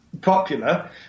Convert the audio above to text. Popular